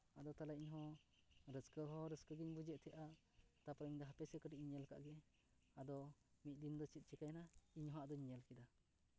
ᱟᱫᱚ ᱛᱟᱦᱞᱮ ᱤᱧ ᱦᱚᱸ ᱨᱟᱹᱥᱠᱟᱹ ᱦᱚᱸ ᱨᱟᱹᱥᱠᱟᱹ ᱜᱤᱧ ᱵᱩᱡᱮᱫ ᱛᱟᱦᱮᱸᱜᱼᱟ ᱛᱟᱨᱯᱚᱨᱮᱧ ᱢᱮᱱᱫᱟ ᱦᱟᱯᱮ ᱥᱮ ᱠᱟᱹᱴᱤᱡ ᱤᱧ ᱧᱮᱞ ᱠᱟᱜ ᱜᱮ ᱟᱫᱚ ᱢᱤᱫ ᱫᱤᱱ ᱫᱚ ᱪᱮᱫ ᱪᱤᱠᱟᱹᱭᱮᱱᱟ ᱤᱧᱦᱚᱸ ᱟᱫᱚᱧ ᱧᱮᱞ ᱠᱮᱫᱟ